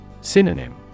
Synonym